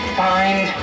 find